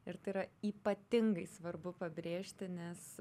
ir tai yra ypatingai svarbu pabrėžti nes